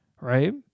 right